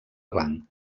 blanc